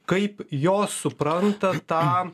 kaip jos supranta tą